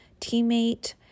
teammate